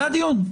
זה הדיון.